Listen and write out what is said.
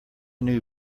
knew